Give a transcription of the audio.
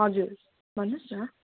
हजुर भन्नुहोस् न